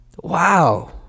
Wow